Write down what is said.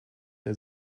der